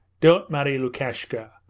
don't marry lukashka.